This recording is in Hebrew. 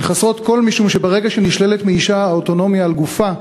הן חסרות כול משום שברגע שנשללת מאישה האוטונומיה על גופה,